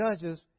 judges